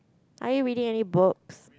are you reading any books